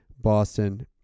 Boston